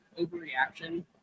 overreaction